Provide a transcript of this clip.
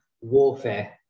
warfare